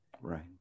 Right